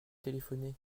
téléphoné